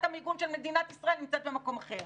המיגון של מדינת ישראל נמצאת במקום אחר?